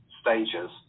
stages